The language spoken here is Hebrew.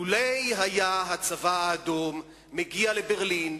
לולא היה הצבא האדום מגיע לברלין,